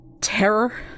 terror